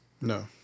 No